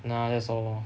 nah that's all lor